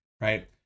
Right